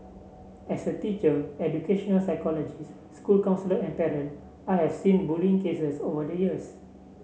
as a teacher educational psychologist school counsellor and parent I have seen bullying cases over the years